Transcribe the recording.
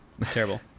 Terrible